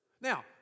Now